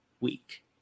week